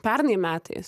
pernai metais